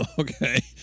Okay